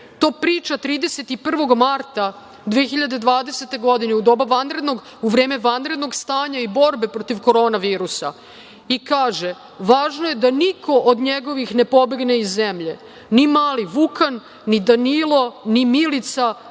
To priča 31. marta 2020. godine, a u vreme vanrednog stanja i borbe protiv koronavirusa. Kaže: „Važno je da niko od njegovih ne pobegne iz zemlje, ni mali Vukan, ni Danilo, ni Milica,